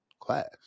class